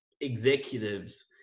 executives